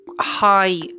high